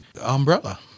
Umbrella